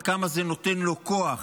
עד כמה זה נותן לו כוח,